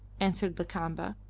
answered lakamba,